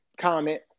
comment